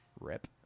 Rip